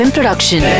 Production